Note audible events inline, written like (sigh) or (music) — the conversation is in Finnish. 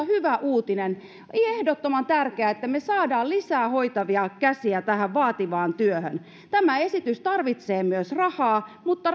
(unintelligible) hyvä uutinen on ehdottoman tärkeää että me saamme lisää hoitavia käsiä tähän vaativaan työhön tämä esitys tarvitsee myös rahaa mutta (unintelligible)